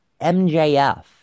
MJF